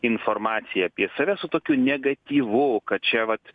informaciją apie save su tokiu negatyvu kad čia vat